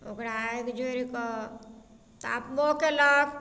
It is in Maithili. ओकरा आगि जोरि कऽ तापबो केलक